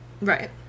Right